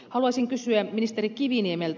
haluaisin kysyä ministeri kiviniemeltä